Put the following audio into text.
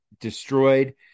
destroyed